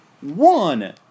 One